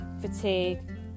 fatigue